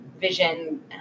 vision